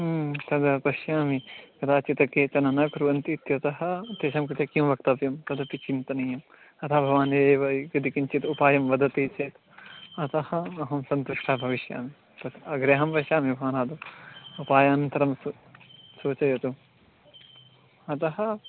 तद् पश्यामि कदाचित् केचन न कुर्वन्ति इत्यतः तेषां कृते किं वक्तव्यं तदपि चिन्तनीयम् अथ भवान् एव यदि कञ्चित् उपायं वदति चेत् अतः अहं सन्तुष्टः भविष्यामि तत् अग्रे पश्यामि भवान् आदौ उपायान्तरं सु सूचयतु अतः